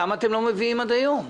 למה לא הבאתם עד היום?